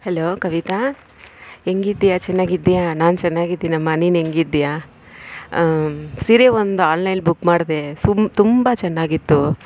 hello Kavita ಹೆಂಗಿದೀಯಾ ಚೆನ್ನಾಗಿದೀಯಾ ನಾನು ಚೆನ್ನಾಗಿದ್ದಿನಮ್ಮ ನೀನು ಹೆಂಗಿದೀಯಾ ಸೀರೆ ಒಂದು ಆನ್ಲೈಲ್ಲಿ ಬುಕ್ ಮಾಡ್ದೆ ಸುಂ ತುಂಬ ಚೆನ್ನಾಗಿತ್ತು